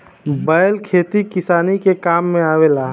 बैल खेती किसानी के काम में आवेला